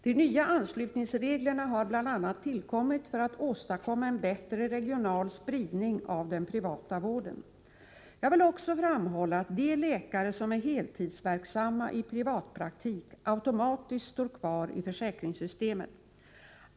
De nya anslutningsreglerna har bl.a. tillkommit för att åstadkomma en bättre regional spridning av den privata vården. Jag vill också framhålla att de läkare som är heltidsverksamma i privatpraktik automatiskt står kvar i försäkringssystemet.